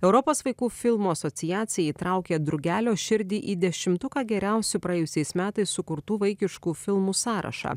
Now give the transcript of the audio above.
europos vaikų filmų asociacija įtraukė drugelio širdį į dešimtuką geriausių praėjusiais metais sukurtų vaikiškų filmų sąrašą